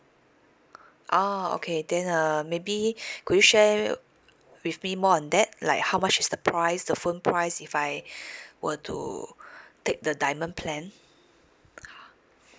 oh okay then uh maybe could you share with me more on that like how much is the price the phone price if I were to take the diamond plan